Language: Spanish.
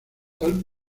tal